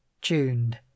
tuned